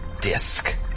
disc